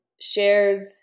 shares